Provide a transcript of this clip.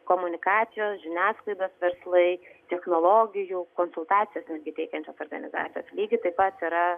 komunikacijos žiniasklaidos verslai technologijų konsultacijas teikiančios organizacijos lygiai taip pat yra